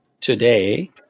today